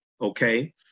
okay